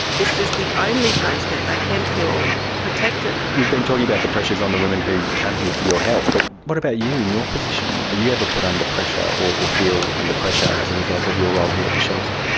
this is the only place that they can feel protected. we've been talking about the pressures on the women who come here for your help, but what about you in your position? are you ever put under pressure or or feel under pressure as a result of your role here at the shelter?